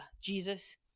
Jesus